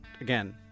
Again